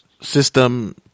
system